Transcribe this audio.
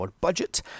budget